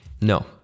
No